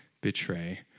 betray